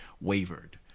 wavered